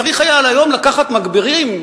צריך היה היום לקחת מגבירים,